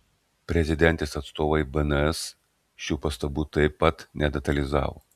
prezidentės atstovai bns šių pastabų taip pat nedetalizavo